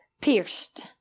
Pierced